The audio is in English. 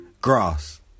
Grass